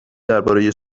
درباره